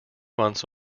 months